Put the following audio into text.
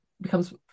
becomes